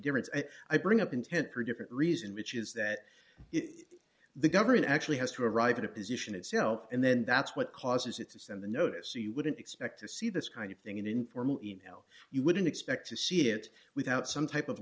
difference and i bring up intent three different reason which is that the government actually has to arrive at a position itself and then that's what causes it to send the notice so you wouldn't expect to see this kind of thing in informal e mail you wouldn't expect to see it without some type of